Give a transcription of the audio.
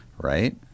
right